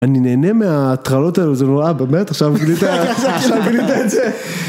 אני נהנה מההתרעות האלו, זה נורא באמת, עכשיו גילית זה.